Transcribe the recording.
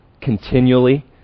continually